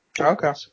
Okay